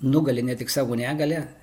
nugali ne tik savo negalią